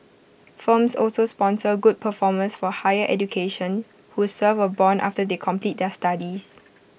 firms also sponsor good performers for higher education who serve A Bond after they complete their studies